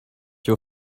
your